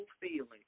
feeling